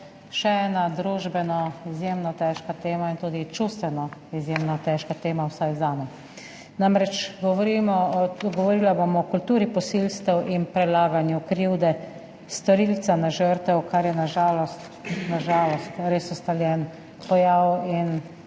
Še ena družbeno izjemno težka tema in tudi čustveno izjemno težka tema, vsaj zame. Namreč, govorila bom o kulturi posilstev in prelaganju krivde storilca na žrtev, kar je na žalost, na žalost res ustaljen pojav in